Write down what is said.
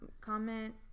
Comment